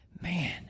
Man